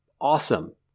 awesome